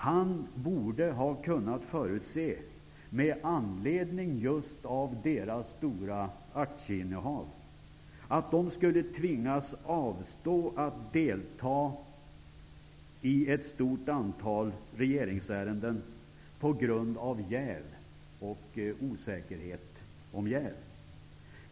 Han borde ha kunnat förutse, just med anledning av deras stora aktieinnehav, att de skulle tvingas avstå från att delta i ett stort antal regeringsärenden på grund av jäv och osäkerhet om jäv.